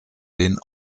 den